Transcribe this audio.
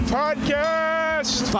podcast